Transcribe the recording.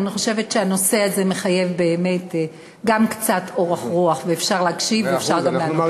אבל אני חושבת שהנושא הזה מחייב גם קצת אורך רוח,